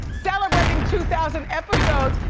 celebrating two thousand episodes,